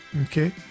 Okay